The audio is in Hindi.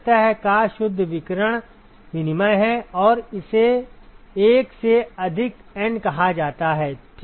तो यह ith सतह का शुद्ध विकिरण विनिमय है और इसे 1 से अधिक N कहा जाता है